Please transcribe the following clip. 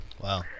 wow